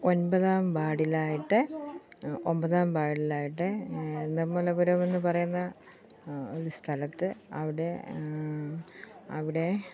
ഒൻപതാം വാർഡിലായിട്ട് ഒൻപതാം വാർഡിലായിട്ട് നിർമ്മലപുരമെന്ന് പറയുന്ന ഒരു സ്ഥലത്ത് അവിടെ അവിടെ